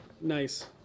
Nice